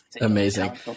amazing